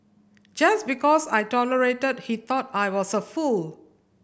just because I tolerated he thought I was a fool